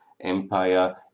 empire